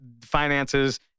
finances